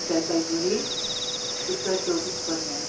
जलपाइगढी उत्तर चौबिस परगना